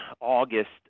August